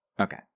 Okay